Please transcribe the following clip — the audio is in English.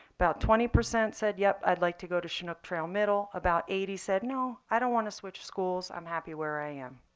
about twenty percent said, yep, i'd like to go to chinook trail middle. about eighty percent said, no, i don't want to switch schools. i'm happy where i am.